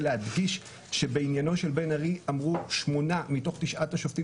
להדגיש שבעניינו של בן ארי אמרו שמונה מתוך תשעת השופטים